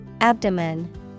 Abdomen